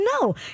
no